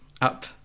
up